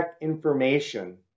information